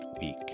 week